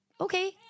okay